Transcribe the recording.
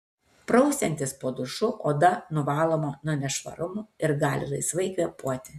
prausiantis po dušu oda nuvaloma nuo nešvarumų ir gali laisvai kvėpuoti